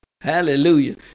Hallelujah